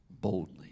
boldly